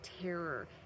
terror